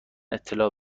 اطلاع